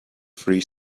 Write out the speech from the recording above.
free